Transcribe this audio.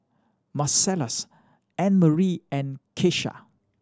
Marcellus Annemarie and Keisha